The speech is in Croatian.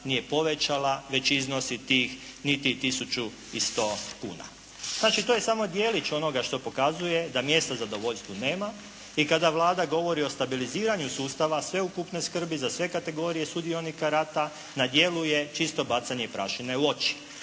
nije povećala, već iznosi tih niti tisuću i 100 kuna. Znači, to je samo djelić onoga što pokazuje da mjesta zadovoljstvu nema i kada Vlada govori o stabiliziranju sustava sveukupne skrbi za sve kategorije sudionika rata, na djelu je čisto bacanje prašine u oči.